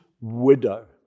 widow